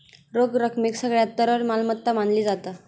रोख रकमेक सगळ्यात तरल मालमत्ता मानली जाता